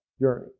journey